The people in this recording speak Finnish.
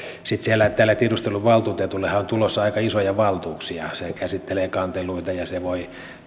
tälle tiedusteluvaltuutetullehan on tulossa aika isoja valtuuksia hän käsittelee kanteluita ja hän voi